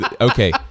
okay